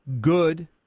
good